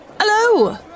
Hello